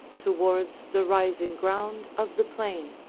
towards the rising ground of the plain.